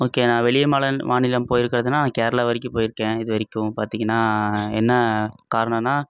okay நான் வெளியே மல மாநிலம் போயிருக்கிறதுனா நான் கேரளா வரைக்கும் போயிருக்கேன் இது வரைக்கும் பார்த்திங்கனா என்ன காரணன்னா